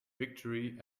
victory